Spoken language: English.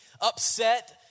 upset